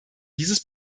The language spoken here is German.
dieses